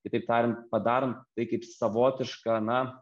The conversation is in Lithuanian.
kitaip tariant padarant tai kaip savotišką na